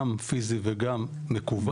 גם פיזי וגם מקוון.